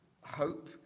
hope